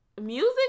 music